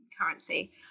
currency